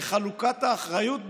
בחלוקת האחריות ביניכם.